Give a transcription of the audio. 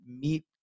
meet